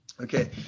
okay